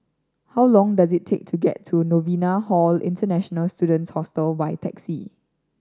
how long does it take to get to Novena Hall International Students Hostel by taxi